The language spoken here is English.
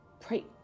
Pray